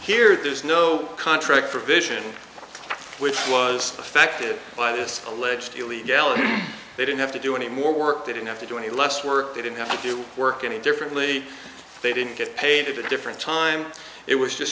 here there's no contract provision which was affected by this alleged illegality they didn't have to do any more work they didn't have to do any less work they didn't have to do work any differently they didn't get paid a different time it was just